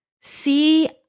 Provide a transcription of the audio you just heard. See